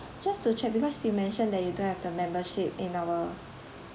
just to check because you mention that you don't have the membership in our